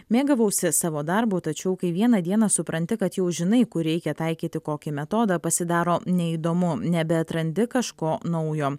mėgavausi savo darbu tačiau kai vieną dieną supranti kad jau žinai kur reikia taikyti kokį metodą pasidaro neįdomu nebeatrandi kažko naujo